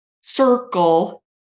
circle